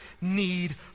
need